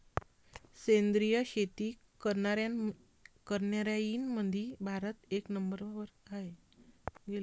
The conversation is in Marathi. सेंद्रिय शेती करनाऱ्याईमंधी भारत एक नंबरवर हाय